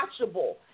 watchable